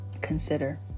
consider